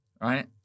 right